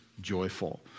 joyful